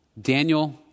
Daniel